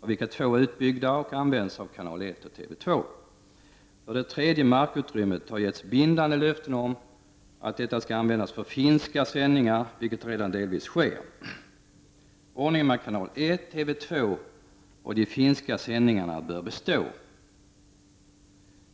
av vilka två är utbyggda och används av Kanal 1 och TV 2. För det tredje markutrymmet har getts bindande löften om att detta skall användas för finska sändningar, vilket redan delvis sker. Ordningen med Kanal 1, TV2 och de finska TV-sändningarna bör bestå!